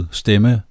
stemme